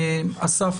אסף,